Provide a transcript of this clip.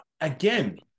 Again